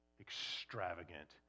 Extravagant